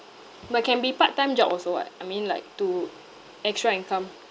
but can be part time job also [what] I mean like to extra income